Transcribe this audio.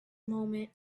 moment